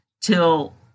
till